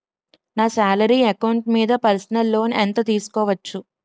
నా salary account మీద personal loan ఎంత తీసుకోవచ్చు?